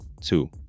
two